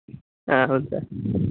అవును సర్